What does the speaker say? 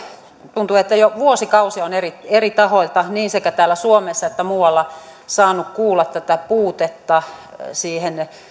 tuntuu että jo vuosikausia on eri eri tahoilta sekä täällä suomessa että muualla saanut kuulla tästä puutteesta liittyen